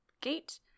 gate